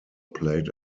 played